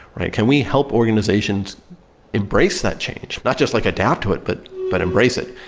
right? can we help organizations embrace that change? not just like adapt to it, but but embrace it.